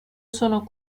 sono